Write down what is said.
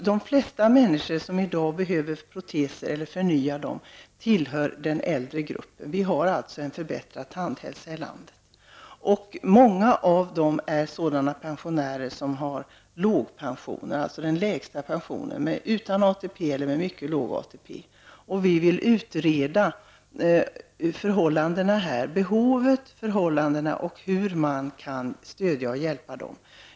De flesta människor som i dag behöver protes eller behöver förnya sin protes tillhör den äldre gruppen. Vi har alltså en förbättrad tandhälsa i landet. Många av dem är sådana pensionärer som har låg pension; alltså den lägsta pensionen utan ATP eller med mycket låg ATP. Vi vill utreda behovet, förhållandena och hur man kan stödja och hjälpa de pensionärerna.